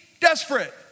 desperate